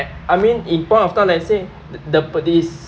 ac~ I mean in point of time let's say the the pe~ this